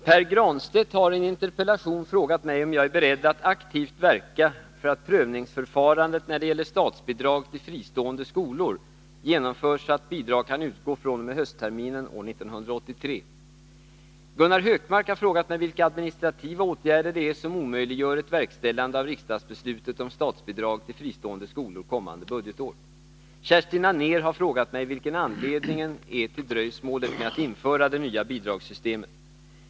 Herr talman! Pär Granstedt har i en interpellation frågat mig om jag är beredd att aktivt verka för att prövningsförfarandet när det gäller statsbidrag till fristående skolor genomförs så att bidrag kan utgå fr.o.m. höstterminen år 1983. Gunnar Hökmark har frågat mig vilka administrativa åtgärder det är som omöjliggör ett verkställande av riksdagsbeslutet om statsbidrag till fristående skolor kommande budgetår. Kerstin Anér har frågat mig vilken anledningen är till dröjsmålet med att införa det nya bidragssystemet.